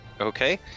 Okay